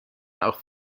auch